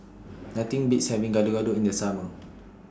Nothing Beats having Gado Gado in The Summer